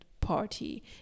party